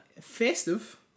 festive